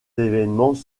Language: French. évènements